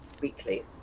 weekly